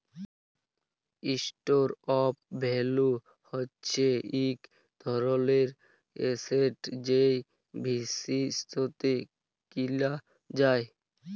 store of value হচ্যে ইক ধরলের এসেট যেট ভবিষ্যতে কিলা যায়